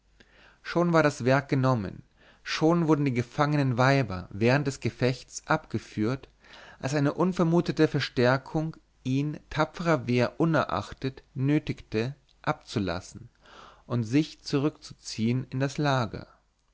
schon war das werk genommen schon wurden die gefangenen weiber während des gefechts abgeführt als eine unvermutete verstärkung ihn tapferer wehr unerachtet nötigte abzulassen und sich zurückzuziehen in das lager